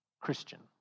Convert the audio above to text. Christian